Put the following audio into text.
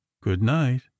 good-night